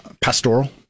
Pastoral